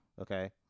Okay